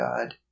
god